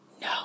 No